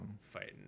Fighting